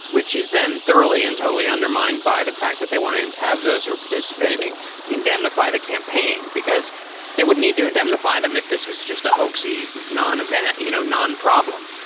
which is then thoroughly and totally undermined by the fact that they want to have those who are participating indemnify the campaign because they would need to indemnify them if this was just a hoax, a non-event. you know, nonproblem,